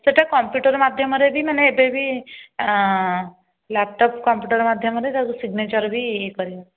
ସେହିଟା କମ୍ପ୍ୟୁଟର ମାଧ୍ୟମରେ ବି ମାନେ ଏବେ ବି ଲ୍ୟାପଟପ୍ କମ୍ପ୍ୟୁଟର ମାଧ୍ୟମରେ ତାକୁ ସିଗନେଚର୍ ବି କରିହେବ